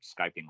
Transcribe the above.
skyping